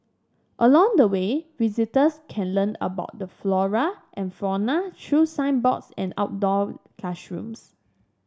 along the way visitors can learn about the flora and fauna through signboards and outdoor classrooms